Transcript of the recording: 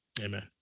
Amen